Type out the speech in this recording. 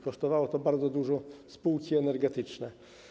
Kosztowało to też bardzo dużo spółki energetyczne.